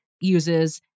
uses